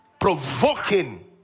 Provoking